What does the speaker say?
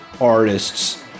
artists